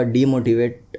Demotivate (